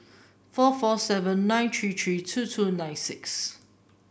four four seven nine three three two two nine six